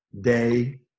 day